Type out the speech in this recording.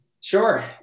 Sure